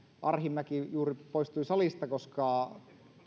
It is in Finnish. arhinmäki juuri poistui salista koska